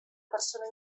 persona